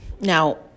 now